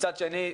ומצד שני,